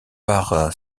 par